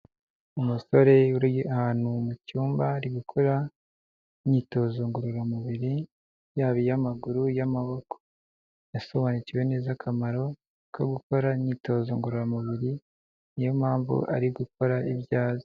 Umusore uri ahantu mu cyumba ari gukora imyitozo ngororamubiri, yaba iy'amaguru, iy'amaboko, yasobanukiwe neza akamaro ko gukora imyitozo ngororamubiri niyo mpamvu ari gukora ibyo azi.